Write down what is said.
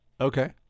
Okay